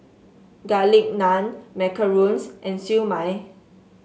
Garlic Naan macarons and Siew Mai